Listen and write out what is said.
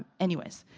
anyways,